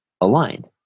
aligned